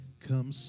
Come